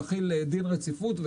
להחיל דין רציפות.